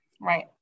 right